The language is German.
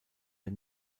der